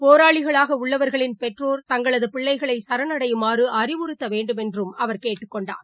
போராளிகளாகஉள்ளவர்களின் பெற்றோர் தங்க்ளதபிள்ளைகளைசரணடையுமாறுஅறிவுறுத்தவேண்டும் என்றுஅவர் கேட்டுக்கொண்டார்